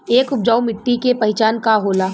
एक उपजाऊ मिट्टी के पहचान का होला?